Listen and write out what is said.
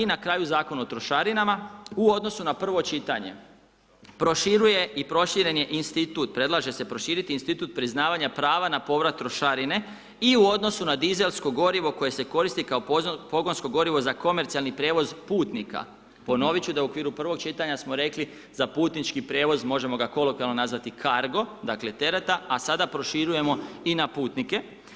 I na kraju Zakon o trošarinama, u odnosu na prvo čitanje, proširuje i proširen je Institut, predlaže se proširiti Institut priznavanja prava na povrat trošarine, i u odnosu na dizelsko gorivo koje se koristi kao pogonsko gorivo za komercijalni prijevoz putnika, ponovit ću da u okviru prvog čitanja, smo rekli, za putnički prijevoz možemo ga kolokvijalno nazvati cargo, dakle tereta, a sada proširujemo i na putnike.